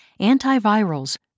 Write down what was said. Antivirals